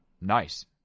nice